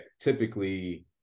typically